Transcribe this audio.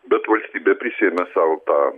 bet valstybė prisiėmė sau tą